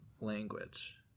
Language